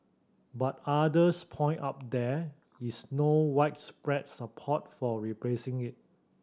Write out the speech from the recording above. but others point out there is no widespread support for replacing it